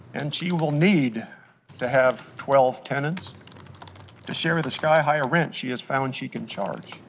and she will need to have twelve tenants to share the skyhigh rent she is found she can charge,